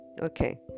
okay